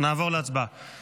נעבור להצבעה, כן.